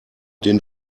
den